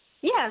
Yes